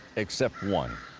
except one,